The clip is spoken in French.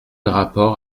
rapport